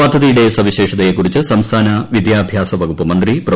പദ്ധതിയുടെ സവിശേഷതയെക്കുറിച്ച് സംസ്ഥാന വിദ്യാഭ്യാസ വകുപ്പ് മന്ത്രി പ്രൊ